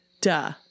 duh